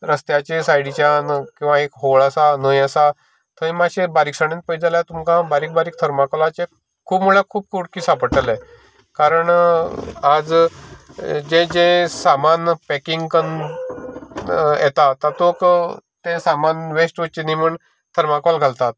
रस्त्याचेर सायडीच्यान किंवा एक होळ आसा न्हंय आसा थंय मात्शें बारिकसाणेन पयत जाल्यार तुमकां बारिक बारिक थरमाकोलाचे खूब म्हळ्यार खूब खूब कुडके सापडटले कारण आज जें जें सामान पेकिंग करन येता तातूक तें सामान वेस्ट वयचें न्ही म्हणोन थरमाकोल घालतात